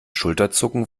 schulterzucken